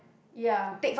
ya